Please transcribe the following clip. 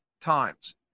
times